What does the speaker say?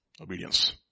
Obedience